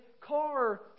car